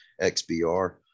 XBR